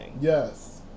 Yes